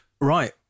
Right